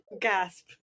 Gasp